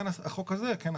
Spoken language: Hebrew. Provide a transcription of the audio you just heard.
אני לא נכנס לכל הפרטים,